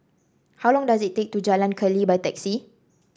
how long does it take to Jalan Keli by taxi